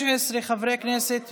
15 חברי כנסת